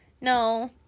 no